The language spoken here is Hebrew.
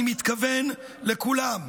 אני מתכוון לכולם: